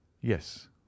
yes